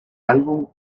álbum